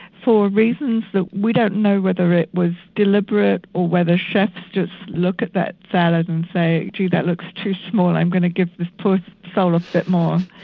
for reasons that we don't know whether it was deliberate or whether chefs just look at that salad and say gee that looks too small, i'm going to give this poor soul a bit more',